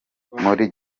muri